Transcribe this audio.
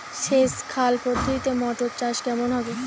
সেচ খাল পদ্ধতিতে মটর চাষ কেমন হবে?